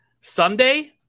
Sunday